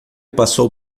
passou